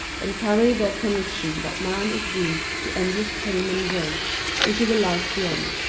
and carry their conviction that man is doomed to endless pain and woe into the life beyond.